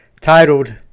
titled